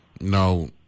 No